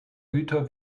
güter